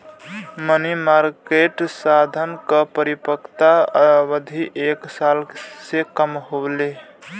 मनी market साधन क परिपक्वता अवधि एक साल से कम होले